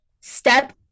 step